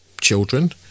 children